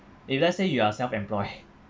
if let's say you are self employed